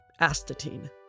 Astatine